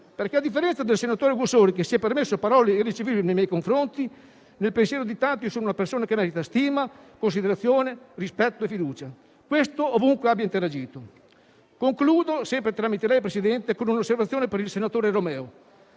perché, a differenza del senatore Augussori che si è permesso parole irricevibili nei miei confronti, nel pensiero di tanti sono una persona che merita stima, considerazione, rispetto e fiducia; questo ovunque abbia interagito. Concludo sempre per suo tramite, Presidente, con un'osservazione per il senatore Romeo.